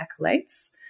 accolades